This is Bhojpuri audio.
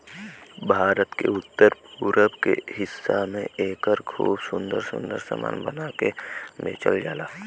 भारत के उत्तर पूरब के हिस्सा में एकर खूब सुंदर सुंदर सामान बना के बेचल जाला